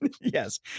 Yes